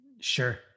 sure